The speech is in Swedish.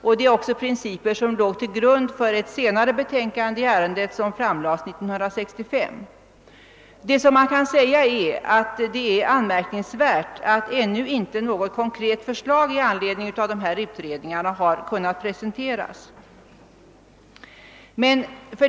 De låg också till grund för ett senare betänkande i ärendet som framlades 1965. Man kan säga att det är anmärkningsvärt att ännu inte något konkret förslag i anledning av dessa utredningar har kunnat presenteras.